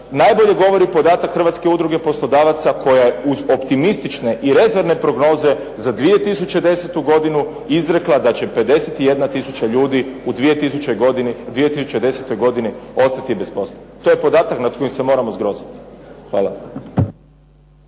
najbolje govori podatak Hrvatske udruge poslodavaca koja je uz optimistične i rezervne prognoze za 2010. godinu izrekla da će 51 tisuća ljudi u 2010. godini ostati bez posla. To je podatak nad kojim se moramo zgroziti. Hvala.